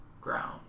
ground